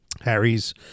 Harry's